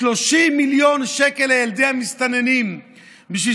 30 מיליון שקל לילדי המסתננים בשביל